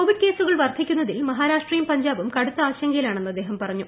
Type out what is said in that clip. Covid കേസുകൾ വർധിക്കുന്നതിൽ മഹാരാഷ്ട്രയും പഞ്ചാബും കടുത്ത ആശങ്കയിലാണെന്ന് അദ്ദേഹം പറഞ്ഞു